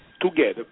together